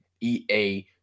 EA